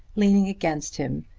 leaning against him,